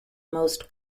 most